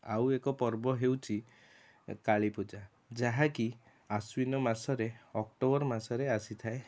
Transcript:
ଆଉ ଏକ ପର୍ବ ହେଉଛି କାଳୀ ପୂଜା ଯାହାକି ଆଶ୍ୱିନ ମାସରେ ଅକ୍ଟୋବର ମାସରେ ଆସିଥାଏ